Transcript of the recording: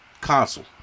console